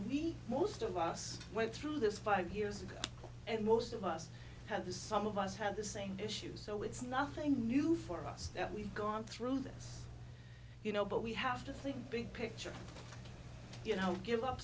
we most of us went through this five years ago and most of us have as some of us have the same issues so it's nothing new for us that we've gone through this you know but we have to think big picture you know give up